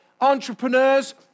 entrepreneurs